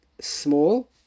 Small